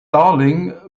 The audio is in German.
darling